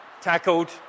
tackled